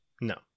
No